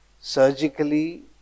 surgically